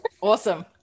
Awesome